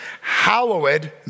Hallowed